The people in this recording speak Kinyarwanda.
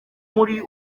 muri